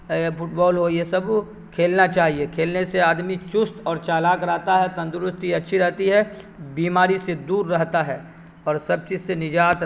fit بال ہو یہ سب کھیلنا چاہیے کھیلنے سے آدمی چست اور چالاک رہتا ہے تندرستی اچھی رہتی ہے بیماری سے دور رہتا ہے اور سب چیز سے نجات